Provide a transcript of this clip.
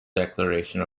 declaration